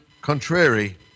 contrary